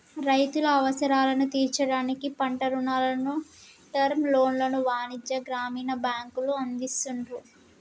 రైతుల అవసరాలను తీర్చడానికి పంట రుణాలను, టర్మ్ లోన్లను వాణిజ్య, గ్రామీణ బ్యాంకులు అందిస్తున్రు